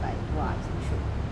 like !wah! so shiok